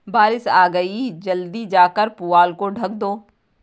बारिश आ गई जल्दी जाकर पुआल को ढक दो